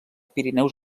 pirineus